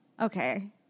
Okay